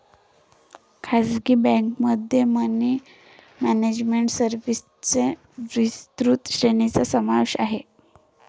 खासगी बँकेमध्ये money management सर्व्हिसेसच्या विस्तृत श्रेणीचा समावेश आहे